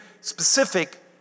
specific